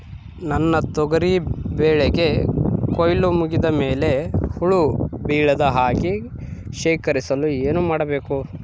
ನನ್ನ ತೊಗರಿ ಬೆಳೆಗೆ ಕೊಯ್ಲು ಮುಗಿದ ಮೇಲೆ ಹುಳು ಬೇಳದ ಹಾಗೆ ಶೇಖರಿಸಲು ಏನು ಮಾಡಬೇಕು?